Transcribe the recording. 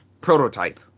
prototype